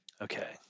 Okay